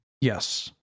Yes